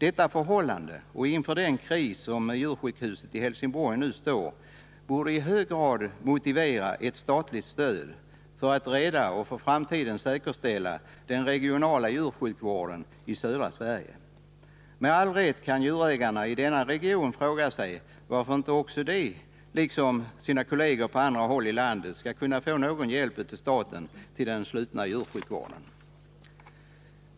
Detta förhållande och den kris som djursjukhuset i Helsingborg nu står inför borde i hög grad motivera ett statligt stöd för att rädda och för framtiden säkerställa den regionala djursjukvården i södra Sverige. Med all rätt kan djurägarna i denna region fråga sig varför inte också de, liksom sina kolleger på andra håll i landet, skall kunna få någon hjälp av staten till den slutna djursjukvården.